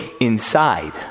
inside